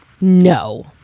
No